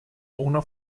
una